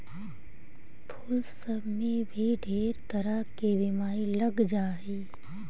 फूल सब में भी ढेर तरह के बीमारी लग जा हई